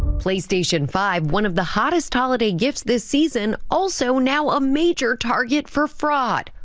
playstation five one of the hottest holiday gifts this season also now a major target for fraud.